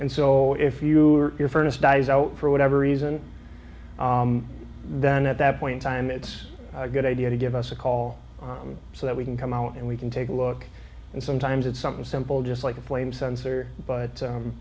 and so if you or your furnace dies out for whatever reason then at that point time it's a good idea to give us a call so that we can come out and we can take a look and sometimes it's something simple just like a flame sensor but